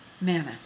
Manna